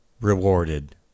rewarded